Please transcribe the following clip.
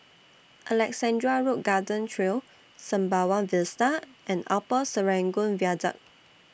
Alexandra Road Garden Trail Sembawang Vista and Upper Serangoon Viaduct